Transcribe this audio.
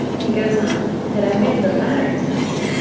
he goes on had i made the latter attempt,